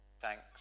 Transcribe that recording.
thanks